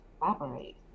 collaborate